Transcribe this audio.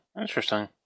Interesting